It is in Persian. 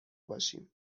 باشیم